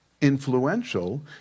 influential